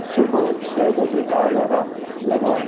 सुबह छः बजे का अलारम लगाओ